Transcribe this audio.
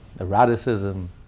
eroticism